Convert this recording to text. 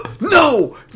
no